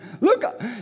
look